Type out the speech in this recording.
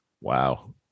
Wow